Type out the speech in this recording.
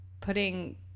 putting